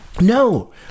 No